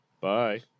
bye